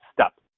step